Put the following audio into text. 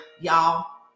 y'all